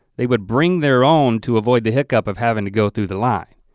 they would bring their own to avoid the hiccup of having to go through the line.